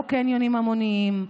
לא קניונים המוניים,